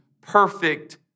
perfect